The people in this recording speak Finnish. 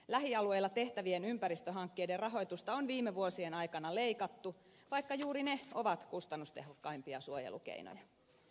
lähialueilla tehtä vien ympäristöhankkeiden rahoitusta on viime vuosien aikana leikattu vaikka juuri ne ovat kustannustehokkaimpia suojelukeinoja